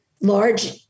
large